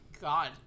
God